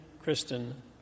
Kristen